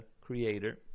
creator